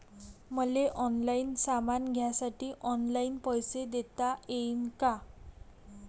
मले ऑनलाईन सामान घ्यासाठी ऑनलाईन पैसे देता येईन का?